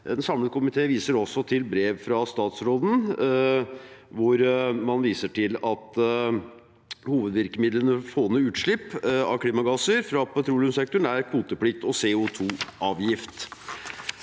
samlet komité viser også til brev fra statsråden, hvor man viser til at hovedvirkemidlene for å få ned utslipp av klimagasser fra petroleumssektoren er kvoteplikt og CO2-avgift.